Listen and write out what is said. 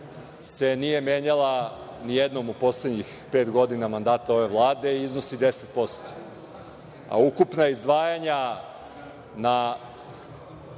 se nije menjala nijednom u poslednjih pet godina mandata ove Vlade i iznosi 10%, a ukupna izdvajanja na